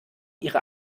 ihre